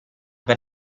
per